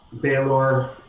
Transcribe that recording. Baylor